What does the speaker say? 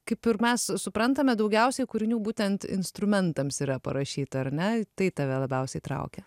kaip ir mes suprantame daugiausiai kūrinių būtent instrumentams yra parašyta ar ne tai tave labiausiai traukia